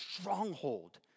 stronghold